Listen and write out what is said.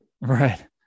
Right